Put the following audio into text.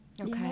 Okay